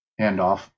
Handoff